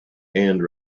and